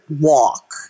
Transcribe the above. walk